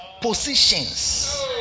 positions